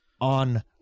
on